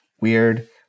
weird